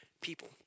people